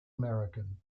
american